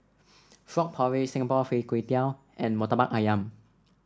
Frog Porridge Singapore Fried Kway Tiao and Murtabak ayam